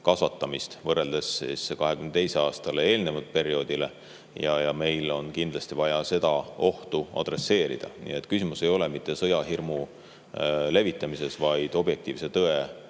kasvu võrreldes 2022. aastale eelnenud perioodiga ja meil on kindlasti vaja seda ohtu adresseerida. Nii et küsimus ei ole mitte sõjahirmu levitamises, vaid objektiivse tõe,